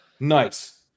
Nice